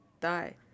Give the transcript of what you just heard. die